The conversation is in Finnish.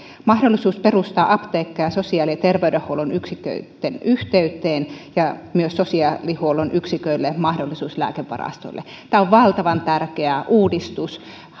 mahdollisuus perustaa apteekkeja sosiaali ja terveydenhuollon yksiköitten yhteyteen ja myös sosiaalihuollon yksiköille mahdollisuus lääkevarastoille tämä on valtavan tärkeä uudistus